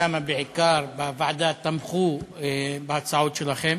אוסאמה בעיקר, בוועדה, תמכו בהצעות שלכם.